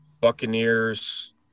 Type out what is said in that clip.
Buccaneers